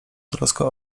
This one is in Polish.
troską